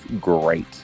great